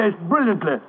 brilliantly